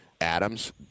Adams